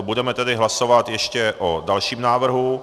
Budeme tedy hlasovat ještě o dalším návrhu.